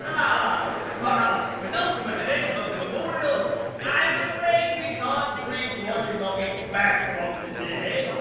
um penultimate event of the memorial i'm afraid we can't bring roger noggins back from the dead,